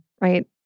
right